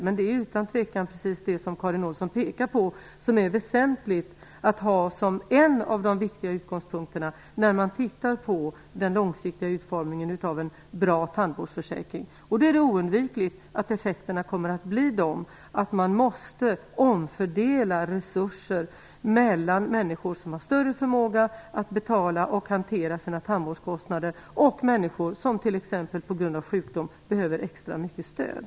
Men det är utan tvivel det som Karin Olsson pekar på som är väsentligt att ha som en av de viktiga utgångspunkterna när man ser över den långsiktiga utformningen av en bra tandvårdsförsäkring. Det är oundvikligt att effekterna kommer att bli sådana att man måste omfördela resurser mellan människor som har större förmåga att betala och hantera sina tandvårdskostnader och människor som t.ex. på grund av sjukdom behöver extra mycket stöd.